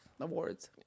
Awards